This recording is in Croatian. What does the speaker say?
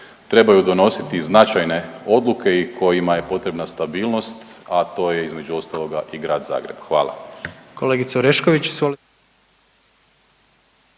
trebaju donositi značajne odluke i kojima je potrebna stabilnost, a to je između ostaloga i grad Zagreb. Hvala.